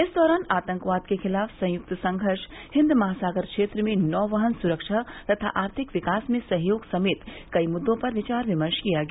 इस दौरान आतंकवाद के खिलाफ संयुक्त संघर्ष हिंद महासागर क्षेत्र में नौवहन सुरक्षा तथा आर्थिक विकास में सहयोग समेत कई मुद्रों पर विचार विमर्श किया गया